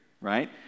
right